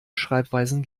schreibweisen